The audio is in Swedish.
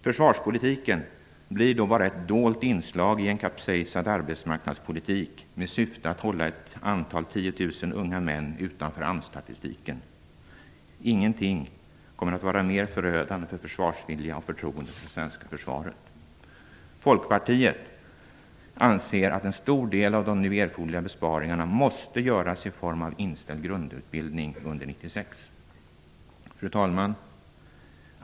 Försvarspolitiken blir då bara ett dolt inslag i en kapsejsad arbetsmarknadspolitik med syfte att hålla ett antal tiotusen unga män utanför AMS-statistiken. Ingenting kommer att vara mer förödande för försvarsviljan och fötroendet för det svenska försvaret. Folkpartiet anser att en stor del av de nu erforderliga besparingarna måste göras i form av inställd grundutbildning under 1996. Fru talman!